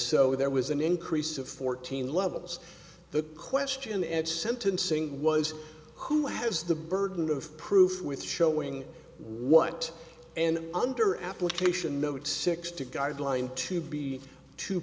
so there was an increase of fourteen levels the question at sentencing was who has the burden of proof with showing what and under application note six to guideline to be two